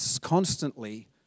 constantly